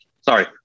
Sorry